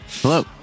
Hello